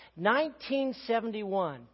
1971